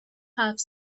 have